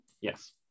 Yes